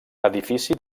edifici